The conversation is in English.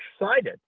excited